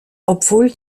obwohl